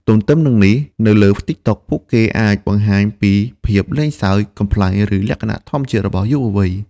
ទន្ទឹមនឹងនេះ នៅលើ TikTok ពួកគេអាចបង្ហាញពីភាពលេងសើច កំប្លែង ឬលក្ខណៈធម្មជាតិរបស់យុវវ័យ។